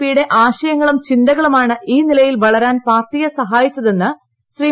പിയുടെ ആശയങ്ങളും ചിന്തകളുമാണ് ഈ നിലയിൽ വളരാൻ പാർട്ടിയെ സഹായിച്ചതെന്ന് ശ്രീ